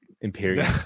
Imperial